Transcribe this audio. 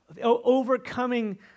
overcoming